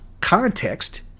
context